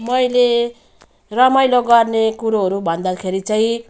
मैले रमाइलो गर्ने कुरोहरू भन्दाखेरि चाहिँ